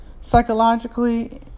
Psychologically